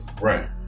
Right